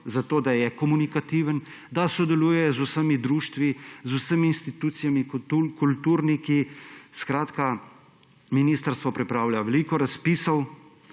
delo, da je komunikativen, da sodeluje z vsemi društvi, z vsemi institucijami, kulturniki. Ministrstvo pripravlja veliko razpisov,